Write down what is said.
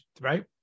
right